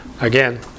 again